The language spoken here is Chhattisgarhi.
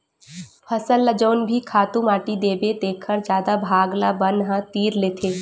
फसल ल जउन भी खातू माटी देबे तेखर जादा भाग ल बन ह तीर लेथे